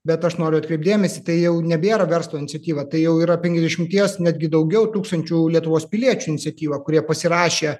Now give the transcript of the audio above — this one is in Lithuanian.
bet aš noriu atkreipt dėmesį tai jau nebėra verslo iniciatyva tai jau yra penkiasdešimties netgi daugiau tūkstančių lietuvos piliečių iniciatyva kurie pasirašė